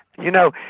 you know,